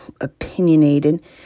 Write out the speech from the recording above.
opinionated